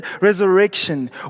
resurrection